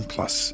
Plus